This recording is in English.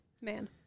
Man